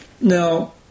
Now